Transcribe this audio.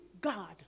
God